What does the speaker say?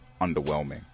underwhelming